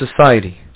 society